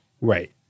Right